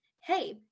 hey